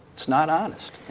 it's not honest.